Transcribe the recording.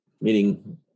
meaning